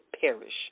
perish